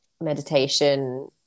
meditation